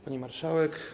Pani Marszałek!